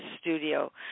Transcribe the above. studio